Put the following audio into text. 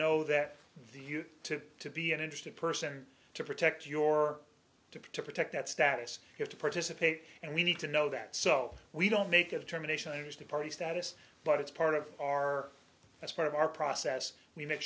know that the you to to be an interesting person to protect your to protect that status you have to participate and we need to know that so we don't make a determination as the party status but it's part of our that's part of our process we make